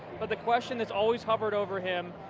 but the question is always hovering over him,